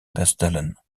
bestellen